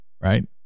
right